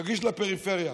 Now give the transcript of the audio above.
רגיש לפריפריה,